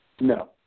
No